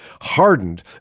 hardened